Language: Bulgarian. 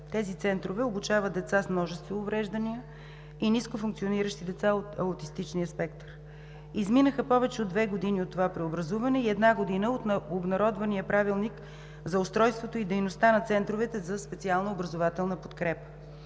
Тези центрове обучават деца с множество увреждания и ниско функциониращи деца от аутистичния спектър. Изминаха повече от две години от това преобразуване и една година от обнародвания Правилник за устройството и дейността на центровете за специална образователна подкрепа.